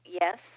yes